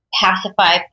pacify